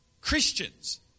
Christians